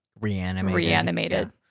reanimated